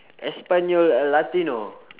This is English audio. espanyol uh latino